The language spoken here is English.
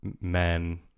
men